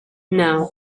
now